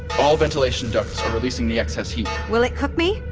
all ventilation ducts are releasing the excess heat will it cook me?